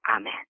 Amen